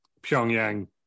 Pyongyang